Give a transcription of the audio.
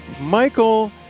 Michael